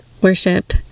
worship